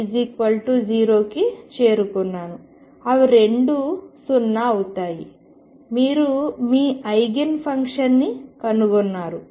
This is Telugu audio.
అవి రెండూ 0 అవుతాయి మీరు మీ ఐగెన్ ఫంక్షన్ని కనుగొన్నారు